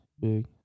big